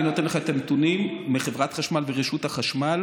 אני נותן לך את הנתונים מחברת חשמל ורשות החשמל.